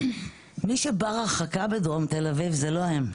מי שבר הרחקה בדרום תל אביב זה לא הם,